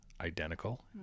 identical